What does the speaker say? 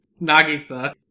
Nagisa